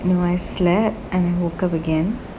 you know I slept and I woke up again